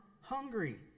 hungry